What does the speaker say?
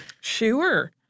Sure